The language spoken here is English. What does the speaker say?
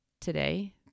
today